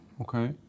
Okay